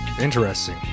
interesting